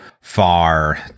far